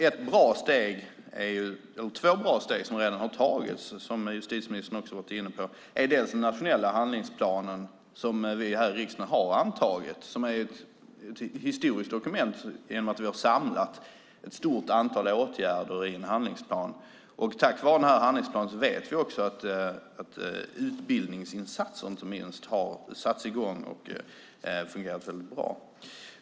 Ett av två bra steg som redan har tagits, som justitieministern också varit inne på, är den nationella handlingsplanen som vi här i riksdagen har antagit. Det är ett historiskt dokument genom att vi har samlat ett stort antal åtgärder i en handlingsplan. Tack vare handlingsplanen vet vi att inte minst utbildningsinsatser har satts i gång och fungerat väldigt bra.